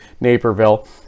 Naperville